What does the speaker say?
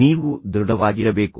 ನೀವು ದೃಢವಾಗಿರಬೇಕು